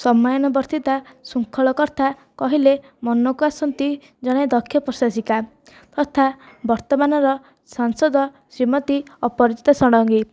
ସମୟାନୁବର୍ତ୍ତିତା ଶୃଙ୍ଖଳକର୍ତ୍ତା କହିଲେ ମନକୁ ଆସନ୍ତି ଜଣେ ଦକ୍ଷ ପ୍ରଶାସିକା ତଥା ବର୍ତ୍ତମାନର ସାଂସଦ ଶ୍ରୀମତୀ ଅପରାଜିତା ଷଡ଼ଙ୍ଗୀ